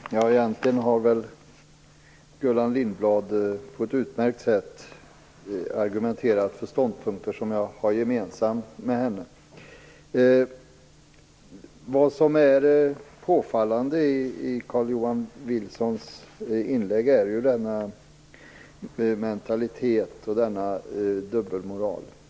Fru talman! Egentligen har Gullan Lindblad på ett utmärkt sätt argumenterat för ståndpunkter som jag har gemensamt med henne. Påfallande i Carl-Johan Wilsons inlägg är denna mentalitet och denna dubbelmoral.